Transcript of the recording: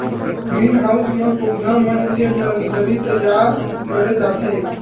green house म पउधा मन के नरसरी तइयार करे जाथे